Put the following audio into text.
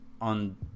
on